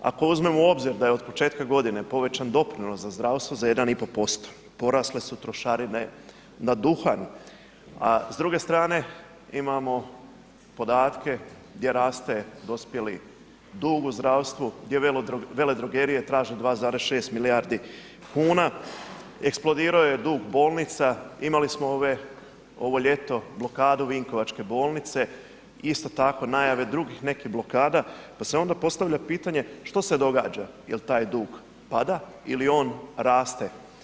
Ako uzmemo u obzir da je od početka godine povećan doprinos za zdravstvo za 1,5%, porasle su trošarine na duhan, a s druge strane imamo podatke gdje raste dospjeli dug u zdravstvu, gdje veledrogerije traže 2,6 milijardi kuna, eksplodirao je dug bolnica, imali smo ovo ljeto blokadu Vinkovačke bolnice, isto tako najave drugih nekih blokada, pa se onda postavlja pitanje što se događa, jel taj dug pada ili on raste?